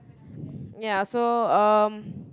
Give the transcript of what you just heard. ya so um